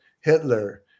Hitler